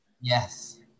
Yes